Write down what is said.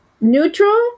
neutral